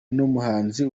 n’umuhanzi